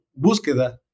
Búsqueda